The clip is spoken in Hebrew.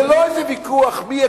זה לא איזה ויכוח מי יקבל,